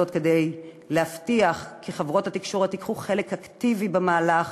זאת כדי להבטיח כי חברות התקשורת ייקחו חלק אקטיבי במהלך,